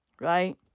Right